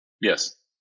Yes